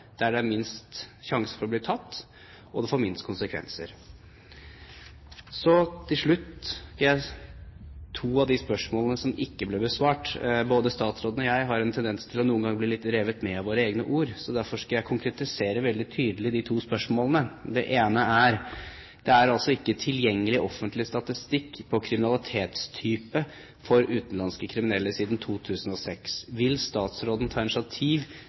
der det er minst sjanse for å bli tatt, og der det får minst konsekvenser. Så til slutt til to av de spørsmålene som ikke ble besvart. Både statsråden og jeg har en tendens noen ganger til å bli revet med av våre egne ord, så derfor skal jeg konkretisere veldig tydelig de to spørsmålene. Det ene er at det ikke er noen tilgjengelig offentlig statistikk på kriminalitetstype for utenlandske kriminelle siden 2006. Vil statsråden ta initiativ